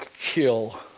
kill